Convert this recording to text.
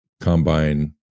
combine